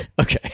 Okay